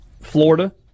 Florida